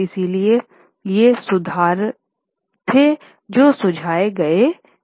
इसलिए ये सुधार थे जो सुझाए गए थे